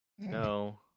No